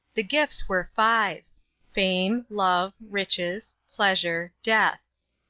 the gifts were five fame, love, riches, pleasure, death.